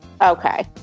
Okay